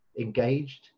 engaged